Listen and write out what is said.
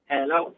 Hello